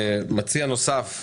מציע נוסף,